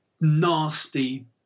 nasty